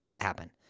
happen